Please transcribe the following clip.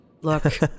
look